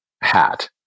hat